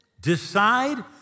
Decide